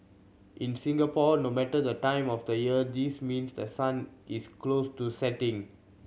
in Singapore no matter the time of the year this means the sun is close to setting